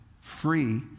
free